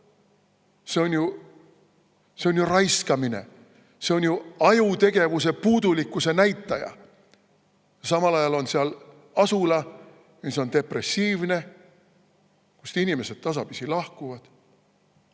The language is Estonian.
see on ju raiskamine, see on ju ajutegevuse puudulikkuse näitaja. Samal ajal on seal asula, mis on depressiivne ja kust inimesed tasapisi lahkuvad.